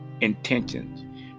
intentions